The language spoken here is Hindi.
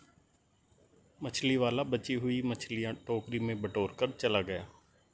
मछली वाला बची हुई मछलियां टोकरी में बटोरकर चला गया